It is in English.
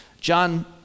John